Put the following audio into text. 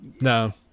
No